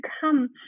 come